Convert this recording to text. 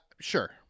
Sure